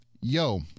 yo